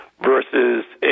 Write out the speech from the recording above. versus